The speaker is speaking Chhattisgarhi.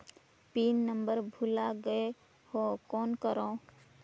पिन नंबर भुला गयें हो कौन करव?